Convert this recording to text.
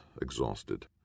exhausted